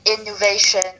innovation